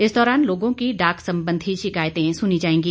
इस दौरान लोगों की डाक सम्बन्धी शिकायतें सुनी जाएंगी